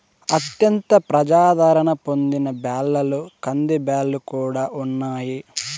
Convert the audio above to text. అత్యంత ప్రజాధారణ పొందిన బ్యాళ్ళలో కందిబ్యాల్లు కూడా ఉన్నాయి